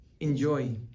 enjoy